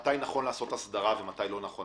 מתי נכון לעשות הסדרה ומתי לא נכון,